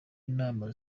inama